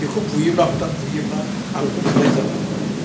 बेखौ बुयोब्ला हथाट बुयोब्ला आंखौ बुनाय जाबाय